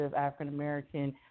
African-American